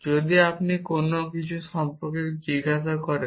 যদি আপনি কোন কিছু সম্পর্কে জিজ্ঞাসা করেন